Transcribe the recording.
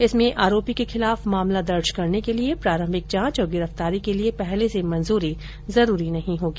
इसमें आरोपी के खिलाफ मामला दर्ज करने के लिये प्रारम्भिक जांच और गिरफ्तारी के लिये पहले से मंजूरी जरूरी नहीं होगी